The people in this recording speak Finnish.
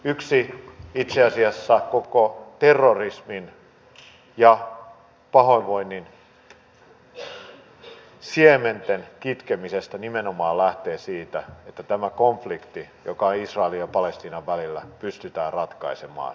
yksi osa itse asiassa koko terrorismin ja pahoinvoinnin siementen kitkemisestä nimenomaan lähtee siitä että tämä konflikti joka on israelin ja palestiinan välillä pystytään ratkaisemaan